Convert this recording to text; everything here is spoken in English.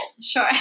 Sure